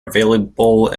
available